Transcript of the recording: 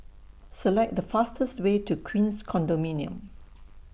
Select The fastest Way to Queens Condominium